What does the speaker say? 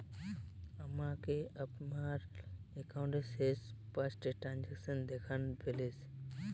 আমাকে আমার একাউন্টের শেষ পাঁচটি ট্রানজ্যাকসন দেখান প্লিজ